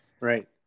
Right